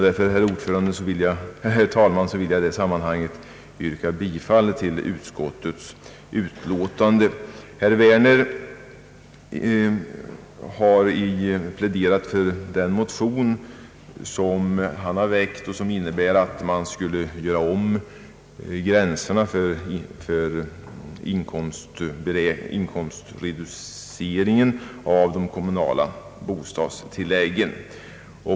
Därför vill jag i det här sammanhanget yrka bifall till utskottets utlåtande. Herr Werner har pläderat för en motion som han har väckt och som innebär ändringar av inkomstgränserna för reduceringen av det kommunala bostadstillägget.